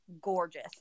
gorgeous